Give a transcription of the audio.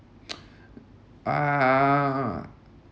uh